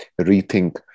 rethink